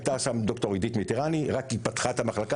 הייתה שם ד"ר עידית מיטרני שרק פתחה את המחלקה,